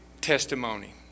testimony